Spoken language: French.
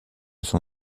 son